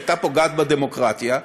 הייתה פוגעת בדמוקרטיה,